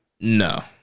No